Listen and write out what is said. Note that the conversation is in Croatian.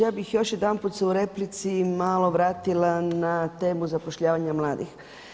Ja bih još jedanput se u replici malo vratila na temu zapošljavanja mladih.